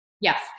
Yes